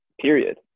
period